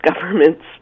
government's